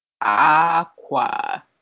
Aqua